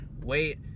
wait